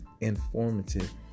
informative